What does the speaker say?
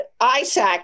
Isaac